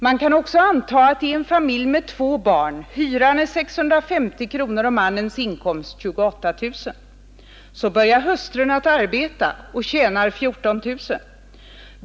Man kan också anta att det är en familj med två barn, att hyran är 650 kronor och mannens inkomst 28 000 kronor. Så börjar hustrun att arbeta och tjänar 14 000 kronor.